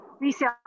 resale